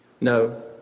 No